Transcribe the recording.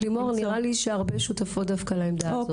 לימור, נראה לי שהרבה שותפות דווקא לעמדה הזאת.